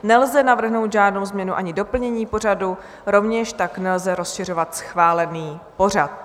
Nelze navrhnout žádnou změnu ani doplnění pořadu, rovněž tak nelze rozšiřovat schválený pořad.